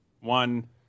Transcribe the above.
One